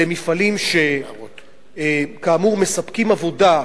אלה מפעלים שכאמור מספקים עבודה,